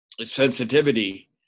sensitivity